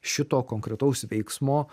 šito konkretaus veiksmo